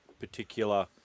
Particular